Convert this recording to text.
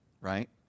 right